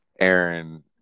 Aaron